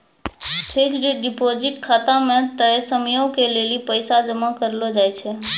fixed deposit खाता मे तय समयो के लेली पैसा जमा करलो जाय छै